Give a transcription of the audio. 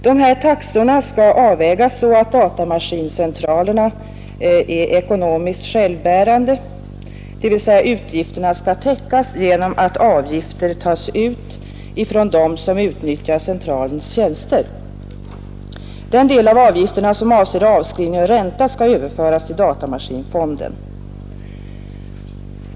De här taxorna skall avvägas så att datamaskincentralerna är ekonomiskt självbärande, dvs. utgifterna skall täckas genom att avgifter tas ut av dem som utnyttjar centralens tjänster. Utgifter som avser avskrivningar och räntor skall överföras till datamaskinfonden.